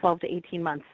twelve to eighteen months.